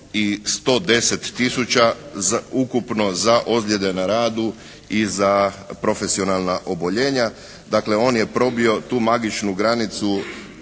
i 110 tisuća ukupno za ozljede na radu i za profesionalna oboljenja. Dakle on je probio tu magičnu granicu